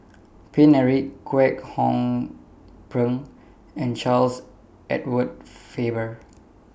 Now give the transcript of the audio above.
Paine Eric Kwek Hong Png and Charles Edward Faber